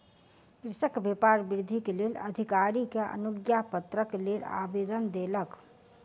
कृषक व्यापार वृद्धिक लेल अधिकारी के अनुज्ञापत्रक लेल आवेदन देलक